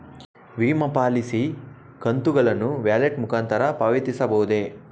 ವಿಮಾ ಪಾಲಿಸಿ ಕಂತುಗಳನ್ನು ವ್ಯಾಲೆಟ್ ಮುಖಾಂತರ ಪಾವತಿಸಬಹುದೇ?